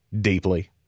deeply